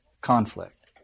conflict